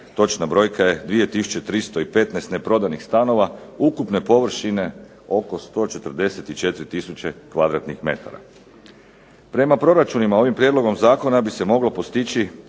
točna brojka je 2 tisuće 315 neprodanih stanova ukupne površine oko 144 tisuće kvadratnih metara. Prema proračunima ovim prijedlogom zakona bi se moglo postići